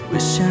Wish